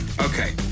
Okay